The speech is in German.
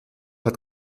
hat